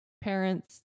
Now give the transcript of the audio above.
parents